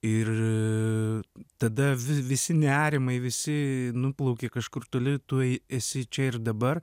ir tada vi visi nerimai visi nuplaukia kažkur toli tu esi čia ir dabar